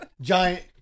giant